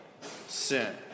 sin